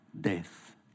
death